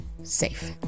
safe